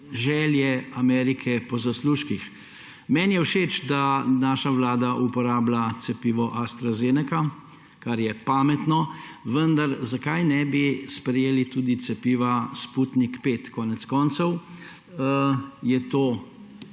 želje Amerike po zaslužkih. Meni je všeč, da naša vlada uporablja cepivo AstraZeneca, kar je pametno, vendar zakaj ne bi sprejeli tudi cepiva Sputnik 5. Konec koncev je to